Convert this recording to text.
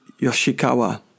Yoshikawa